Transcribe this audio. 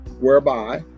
whereby